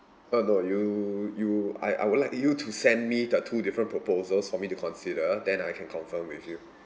uh no you you I I would like you to send me the two different proposals for me to consider then I can confirm with you